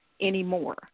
anymore